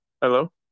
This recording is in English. hello